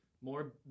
more